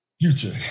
Future